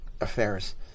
Affairs